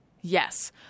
Yes